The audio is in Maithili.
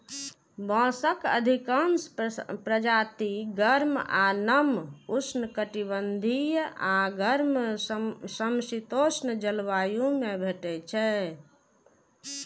बांसक अधिकांश प्रजाति गर्म आ नम उष्णकटिबंधीय आ गर्म समशीतोष्ण जलवायु मे भेटै छै